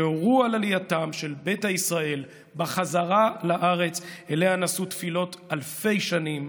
שהורו על עלייתם של ביתא ישראל בחזרה לארץ שאליה נשאו תפילות אלפי שנים,